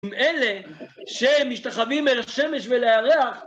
אלה שמשתחווים אל השמש ואל הירח.